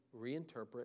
reinterpret